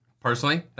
personally